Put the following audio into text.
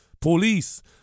Police